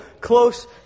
close